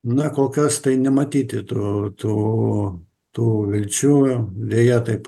na kokios tai nematyti turtų o tų vilčių deja taip